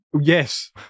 Yes